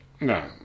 No